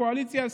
קואליציה.